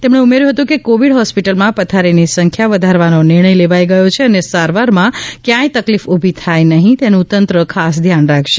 તેમણે ઉમેર્યું હતું કે કોવિડ હોસ્પિટલમાં પથારીની સંખ્યા વધારવાનો નિર્ણય લેવાઈ ગયો છે અને સારવારમાં ક્યાય તકલીફ ઊભી થાય નહીં તેનું તંત્ર ખાસ ધ્યાન રાખશે